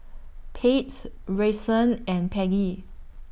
Pates Brycen and Peggy